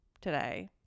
today